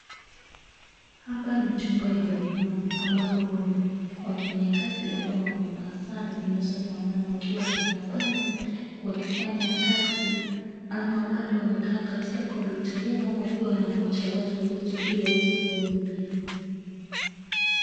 Hapa ni chumba ya huduma ambapo wafanyakazi ambao wamevaa sare zinazofanana wakiwa wamekaa pale wakifanya kazi ama pale wamekaa katika kompyuta yao wakiwa wanangoja watu wakuje ili waweze kuwahudumia.